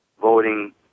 voting